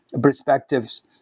perspectives